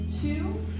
Two